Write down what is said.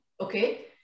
okay